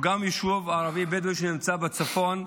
גם הוא יישוב ערבי בדואי שנמצא בצפון,